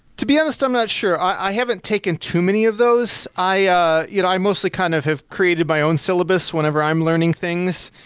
to be honest, i'm not sure. i haven't taken too many of those. i ah you know i mostly kind of have created my own syllabus whenever i'm learning things,